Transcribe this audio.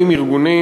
40 ארגונים.